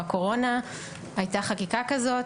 בקורונה הייתה חקיקה כזאת,